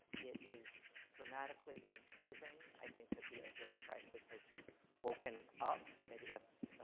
it is dramatically improving. i think that the opioid crisis has woken up maybe that's